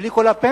בלי כל הפנסיות,